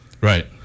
Right